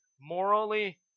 morally